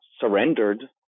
surrendered